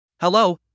Hello